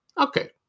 Okay